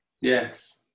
yes